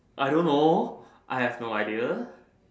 I don't know I have no idea